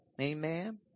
Amen